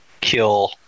kill